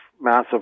massive